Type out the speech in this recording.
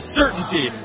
certainty